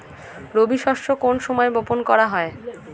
রবি শস্য কোন সময় বপন করা হয়?